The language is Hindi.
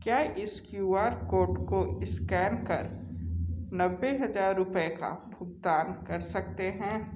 क्या इस क्यू आर कोड को इस्कैन कर नब्बे हज़ार रुपये का भुगतान कर सकते हैं